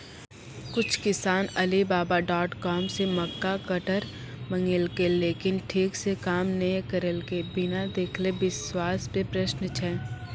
कुछ किसान Alibaba dot com से मक्का कटर मंगेलके लेकिन ठीक से काम नेय करलके, बिना देखले विश्वास पे प्रश्न छै?